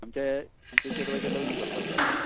आमचे आमचे चेडवाचें लग्न करपाचें आसा